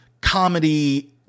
comedy